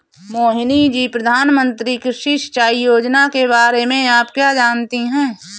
मोहिनी जी, प्रधानमंत्री कृषि सिंचाई योजना के बारे में आप क्या जानती हैं?